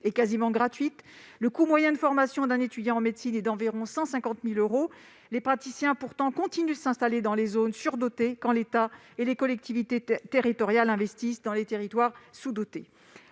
est quasiment gratuite. Le coût moyen de formation d'un étudiant en médecine est d'environ 150 000 euros. Pourtant, les praticiens continuent de s'installer dans des zones surdotées quand l'État et les collectivités territoriales investissent dans les territoires sous-dotés.